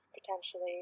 potentially